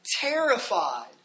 terrified